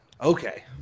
Okay